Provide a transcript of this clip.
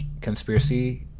Conspiracy